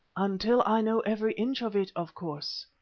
until i know every inch of it, of course.